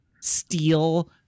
steal